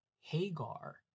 Hagar